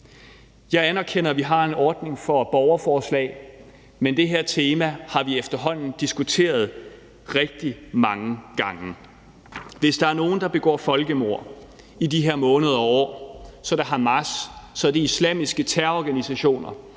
Jeg anerkender, at vi har en ordning for borgerforslag, men det her tema har vi efterhånden diskuteret rigtig mange gange. Hvis der er nogen, der i de her måneder og år begår folkemord, så er det Hamas, og det er islamiske terrororganisationer,